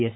S